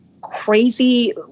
crazy